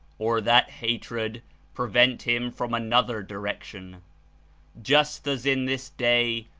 or that hatred prevent him from an other direction just as in this day,